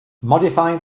modifying